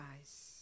eyes